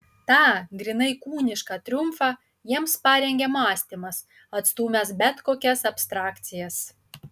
tą grynai kūnišką triumfą jiems parengė mąstymas atstūmęs bet kokias abstrakcijas